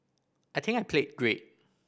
I think I played great